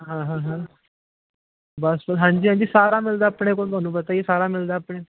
ਹਾਂ ਹਾਂ ਹਾਂ ਬਸ ਹਾਂਜੀ ਹਾਂਜੀ ਸਾਰਾ ਮਿਲਦਾ ਆਪਣੇ ਕੋਲ ਤੁਹਾਨੂੰ ਪਤਾ ਹੀ ਹੈ ਸਾਰਾ ਮਿਲਦਾ ਆਪਣੇ